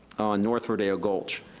north rodeo gulch.